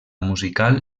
musical